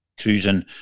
cruising